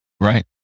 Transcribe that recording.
Right